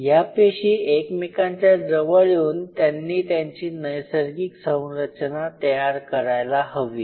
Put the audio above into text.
या पेशी एकमेकांच्या जवळ येऊन त्यांनी त्यांची नैसर्गिक संरचना तयार करायला हवी